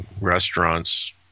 restaurants